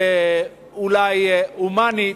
אולי מדיניות הומנית,